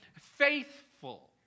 faithful